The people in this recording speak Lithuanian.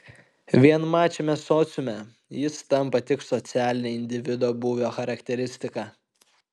vienmačiame sociume jis tampa tik socialine individo būvio charakteristika